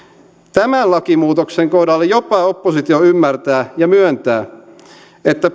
tämän lakimuutoksen kohdalla jopa oppositio ymmärtää ja myöntää että